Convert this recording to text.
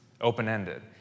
open-ended